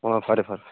ꯑꯣ ꯐꯔꯦ ꯐꯔꯦ